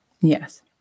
Yes